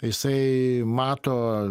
jisai mato